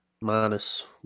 minus